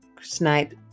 Snipe